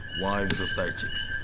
wives or side-chicks.